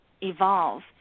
evolve